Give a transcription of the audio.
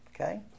okay